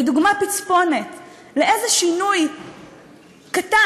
ודוגמה פצפונת איזה שינוי קטן,